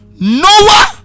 Noah